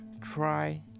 try